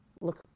look